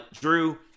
drew